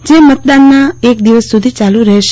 જે મતદાનના એક દિવસ સુધી ચાલુ રહેશે